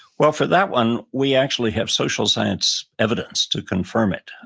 well, for that one, we actually have social science evidence to confirm it.